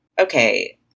okay